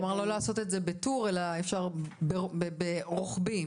--- כלומר לא לעשות את זה בטור אלא אפשר באופן רוחבי,